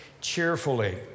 Cheerfully